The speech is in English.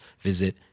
visit